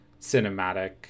cinematic